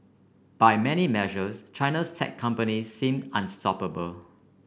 by many measures China's tech companies seem unstoppable